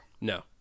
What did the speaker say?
No